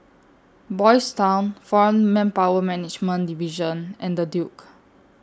Boys' Town Foreign Manpower Management Division and The Duke